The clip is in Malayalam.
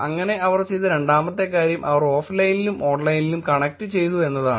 അങ്ങനെ അവർ ചെയ്ത രണ്ടാമത്തെ കാര്യം അവർ ഓഫ്ലൈനിലും ഓൺ ലൈനിലും കണക്റ്റുചെയ്തു എന്നതാണ്